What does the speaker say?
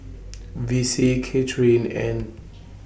Vicy Kathryn and